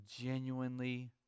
genuinely